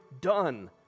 done